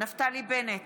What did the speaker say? נפתלי בנט,